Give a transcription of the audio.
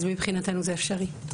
אז מבחינתנו זה אפשרי.